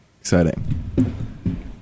Exciting